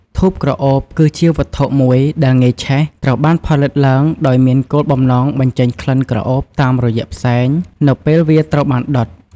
ធូបក្រអូប គឺជាវត្ថុមួយដែលងាយឆេះ ត្រូវបានផលិតឡើងដោយមានគោលបំណងបញ្ចេញក្លិនក្រអូបតាមរយៈផ្សែង នៅពេលវាត្រូវបានដុត។"